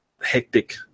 hectic